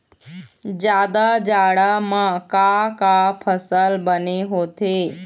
जादा जाड़ा म का का फसल बने होथे?